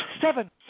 seven